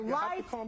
life